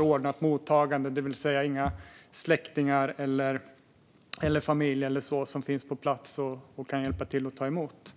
ordnat mottagande, alltså inga släktingar eller familj som finns på plats och kan ta emot.